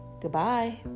Goodbye